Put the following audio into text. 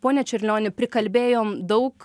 pone čiurlioni prikalbėjom daug